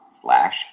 slash